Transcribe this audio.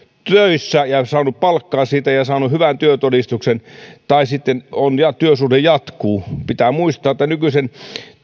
töissä ja saanut palkkaa siitä ja saanut hyvän työtodistuksen tai sitten työsuhde jatkuu pitää muistaa että nykyisen